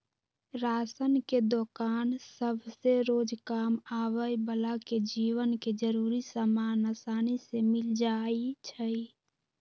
ration के दोकान सभसे रोजकाम आबय बला के जीवन के जरूरी समान असानी से मिल जाइ छइ